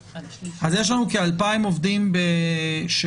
אז יש לנו כ-2,000 עובדים בשירות